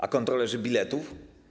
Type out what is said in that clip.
A kontrolerzy biletów?